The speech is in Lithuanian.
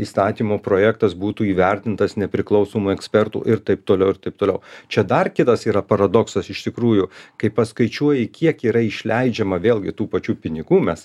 įstatymo projektas būtų įvertintas nepriklausomų ekspertų ir taip toliau ir taip toliau čia dar kitas yra paradoksas iš tikrųjų kai paskaičiuoji kiek yra išleidžiama vėlgi tų pačių pinigų mes